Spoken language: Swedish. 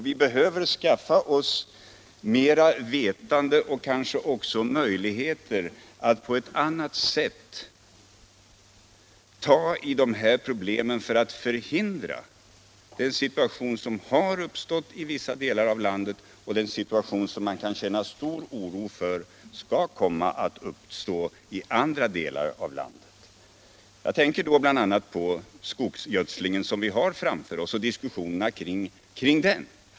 Vi behöver nu skaffa oss mera ve tande och kanske också möjligheter att på ett annat sätt angripa problemen för att förhindra att den situation som har uppstått i vissa delar av landet skall komma att uppstå i andra delar. Jag tänker då bl.a. på frågan om skogsgödslingen och de diskussioner vi där har framför oss.